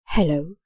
Hello